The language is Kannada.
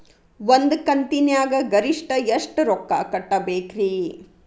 ಒಂದ್ ಕಂತಿನ್ಯಾಗ ಗರಿಷ್ಠ ಎಷ್ಟ ರೊಕ್ಕ ಕಟ್ಟಬೇಕ್ರಿ?